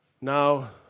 Now